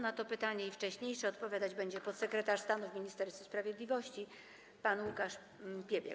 Na pytania to i wcześniejsze odpowiadać będzie podsekretarz stanu w Ministerstwie Sprawiedliwości pan Łukasz Piebiak.